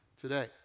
today